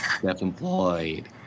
Self-employed